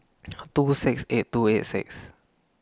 two six eight two eight six